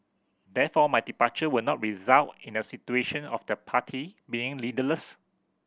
therefore my departure will not result in a situation of the party being leaderless